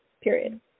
period